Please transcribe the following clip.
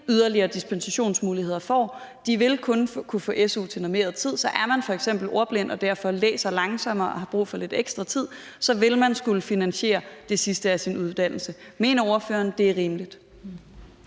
yderligere dispensationsmuligheder får. De vil kun kunne få su til normeret tid, så hvis man f.eks. er ordblind og derfor læser langsommere og har brug for lidt ekstra tid, vil man skulle finansiere det sidste af sin uddannelse. Mener ordføreren, det er rimeligt?